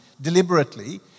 deliberately